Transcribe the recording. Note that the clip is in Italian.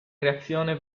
reazione